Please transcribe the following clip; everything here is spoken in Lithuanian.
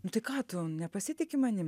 nu tai ką tu nepasitiki manim